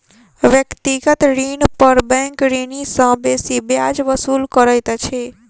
व्यक्तिगत ऋण पर बैंक ऋणी सॅ बेसी ब्याज वसूल करैत अछि